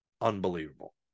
unbelievable